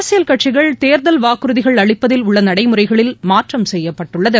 அரசியல் கட்சிகள் தேர்தல் வாக்குறுதிகள் அளிப்பதில் உள்ளநடைமுறைகளில் மாற்றம் செய்யப்பட்டுள்ளது